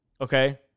okay